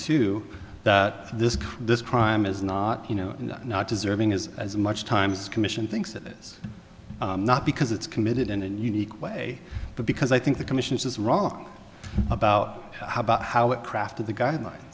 two this this crime is not you know not deserving is as much time as commission thinks that is not because it's committed in an unique way because i think the commission is wrong about how about how it crafted the guideline